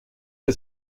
der